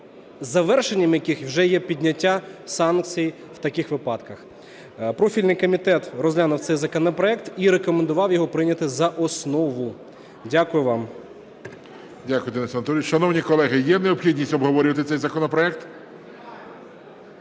завершенням яких вже є підняття санкцій в таких випадках. Профільний комітет розглянув цей законопроект і рекомендував його прийняти за основу. Дякую вам. ГОЛОВУЮЧИЙ. Дякую, Денис Анатолійович. Шановні колеги, є необхідність обговорювати цей законопроект?